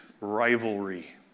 rivalry